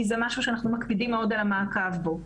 כי זה משהו שאנחנו מקפידים מאוד על המעקב בו.